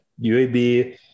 UAB